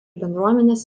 bendruomenės